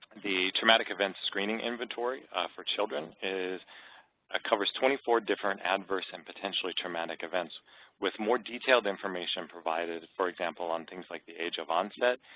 the traumatic events screening inventory for children is ah covers twenty four different adverse and potentially traumatic events with more detail information provided, for example on things like the age of onset,